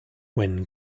when